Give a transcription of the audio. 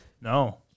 No